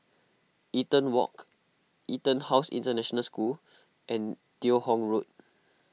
Eaton Walk EtonHouse International School and Teo Hong Road